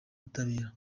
butabera